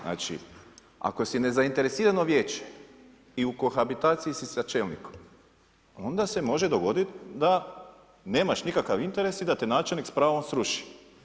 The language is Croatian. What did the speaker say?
Znači ako si nezainteresirano vijeće i u kohabitaciji si sa čelnikom, onda se može dogoditi da nemaš nikakav interes i da te načelnik s pravom sruši.